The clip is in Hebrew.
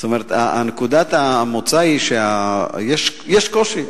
זאת אומרת, נקודת המוצא היא שיש קושי.